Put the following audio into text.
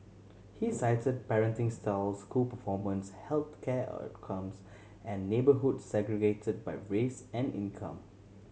he cited parenting styles school performance health care outcomes and neighbourhoods segregated by race and income